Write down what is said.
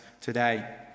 today